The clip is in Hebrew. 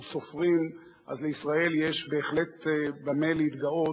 כולנו צפינו בהתרגשות, אני מאמין, גדולה,